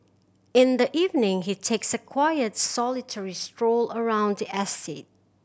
in the evening he takes a quiet solitary stroll around the estate